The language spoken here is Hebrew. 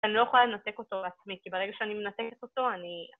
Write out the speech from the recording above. אני לא יכולה לנתק אותו בעצמי, כי ברגע שאני מנתקת אותו אני...